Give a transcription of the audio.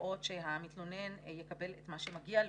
ולראות שהמתלונן יקבל את מה שמגיע לו.